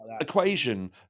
equation